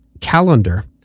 calendar